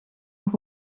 noch